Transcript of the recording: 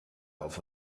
auf